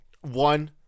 one